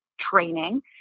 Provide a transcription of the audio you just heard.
training